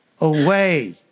away